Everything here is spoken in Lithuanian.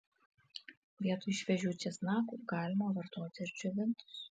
vietoj šviežių česnakų galima vartoti ir džiovintus